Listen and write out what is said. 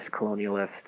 colonialist